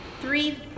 three